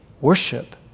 worship